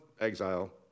exile